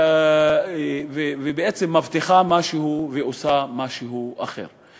ובעצם מבטיחה משהו ועושה משהו אחר.